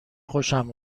خوشم